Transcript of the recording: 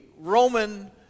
roman